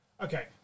Okay